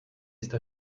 está